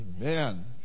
Amen